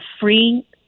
free